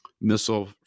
missile